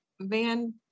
Van